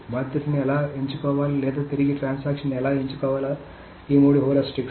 బాధితుడిని ఎలా ఎంచుకోవాలి లేదా తిరిగి ట్రాన్సాక్షన్ ని ఎలా ఎంచుకోవాలో ఈ మూడు హ్యూరిస్టిక్స్